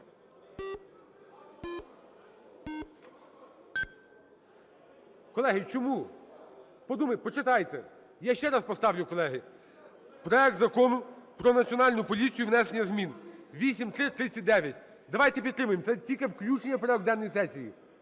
Колеги, чому? Подумайте, почитайте. Я ще раз поставлю, колеги, проект Закону про Національну поліцію і внесення змін (8339). Давайте підтримаємо. Це тільки включення в порядок денний сесії.